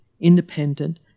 independent